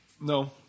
No